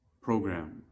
program